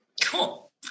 Cool